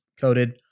coated